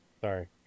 Sorry